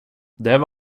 det